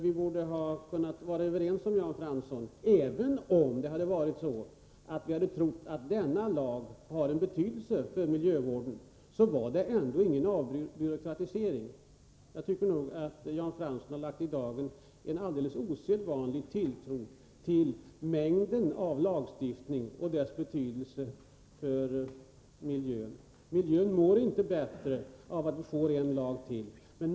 Vi borde kunna ha varit överens, Jan Fransson — även om vi hade trott att lagen har en betydelse för miljövården — om att denna lag inte innebär någon avbyråkratisering. Jan Fransson har lagt i dagen en alldeles osedvanlig tilltro till mängden av lagstiftning och dess betydelse för miljön. Miljön mår inte bättre av att vi får en lag till.